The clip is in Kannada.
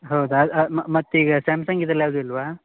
ಹೌದಾ ಮತ್ತು ಈಗ ಸ್ಯಾಮ್ಸಂಗ್ ಇದ್ರಲ್ಲಿ ಯಾವುದು ಇಲ್ವಾ